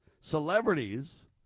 celebrities